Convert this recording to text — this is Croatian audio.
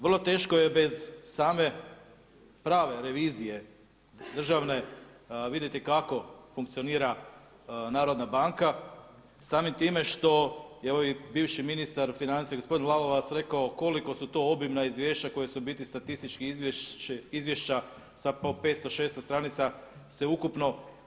Vrlo teško je bez same prave revizije državne vidjeti kako funkcionira Narodna banka samim time što je ovaj bivši ministar financija gospodin Lalovac rekao koliko su to obimna izvješća koja u biti statistički izvješća sa po 500, 600 stranica sveukupno.